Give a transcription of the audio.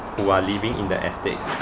who are living in the estate